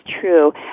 true